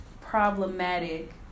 Problematic